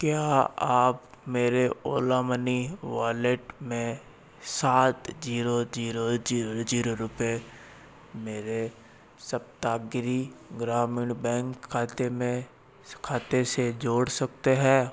क्या आप मेरे ओला मनी वॉलेट में सात जीरो जीरो जीरो जीरो रुपये मेरे सप्तागिरी ग्रामीण बैंक खाते में खाते से जोड़ सकते हैं